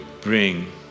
bring